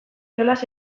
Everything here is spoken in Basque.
jolas